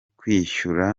kwishyura